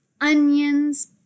onions